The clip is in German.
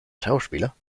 schauspieler